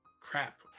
Crap